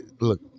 look